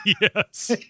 Yes